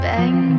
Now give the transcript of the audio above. Bang